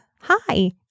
Hi